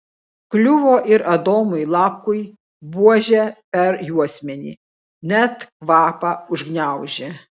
kliuvo ir adomui lapkui buože per juosmenį net kvapą užgniaužė